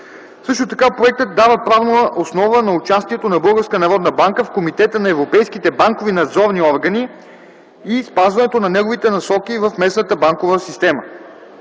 Също така проектът дава правна основа на участието на Българската народна банка в Комитета на европейските банкови надзорни органи и спазването на неговите насоки в местната банкова система.